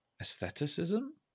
Aestheticism